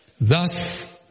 Thus